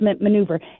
maneuver